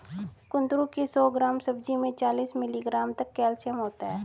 कुंदरू की सौ ग्राम सब्जी में चालीस मिलीग्राम तक कैल्शियम होता है